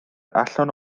allan